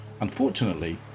Unfortunately